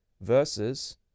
versus